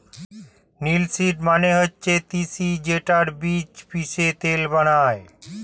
linseed মানে হচ্ছে তিসি যেইটার বীজ পিষে তেল বানায়